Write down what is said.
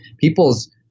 people's